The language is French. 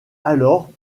alors